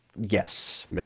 Yes